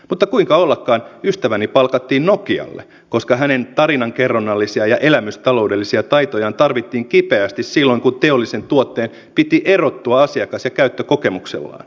mutta kuinka ollakaan ystäväni palkattiin nokialle koska hänen tarinankerronnallisia ja elämystaloudellisia taitojaan tarvittiin kipeästi silloin kun teollisen tuotteen piti erottua asiakas ja käyttökokemuksellaan